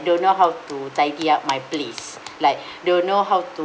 don't know how to tidy up my place like don't know how to